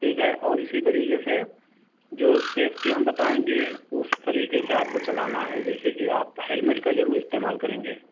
ٹھیک ہے اور اسی طریقے سے جو سیفٹی ہم بتائیں گے اس طریقے سے آپ کو چلانا ہے جیسے کہ آپ ہیلمٹ کا ضرور استعمال کریں گے